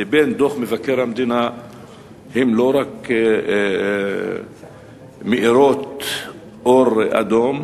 לבין דוח מבקר המדינה הן לא רק מדליקות אור אדום,